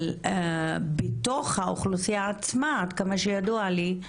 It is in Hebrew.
אבל בתוך האוכלוסייה עצמה, עד כמה שידוע לי,